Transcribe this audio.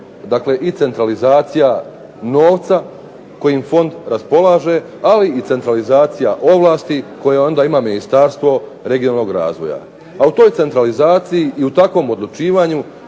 dakle i centralizacija novca kojim fond raspolaže ali i centralizacija ovlasti koje onda ima Ministarstvo regionalnog razvoja. A u toj centralizaciji i u takvom odlučivanju